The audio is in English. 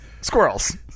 Squirrels